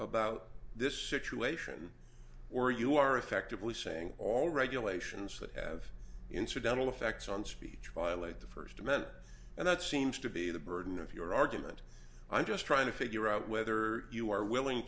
about this situation or you are effectively saying all regulations that have incidental effects on speech violate the first amendment and that seems to be the burden of your argument i'm just trying to figure out whether you are willing